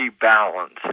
balance